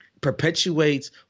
perpetuates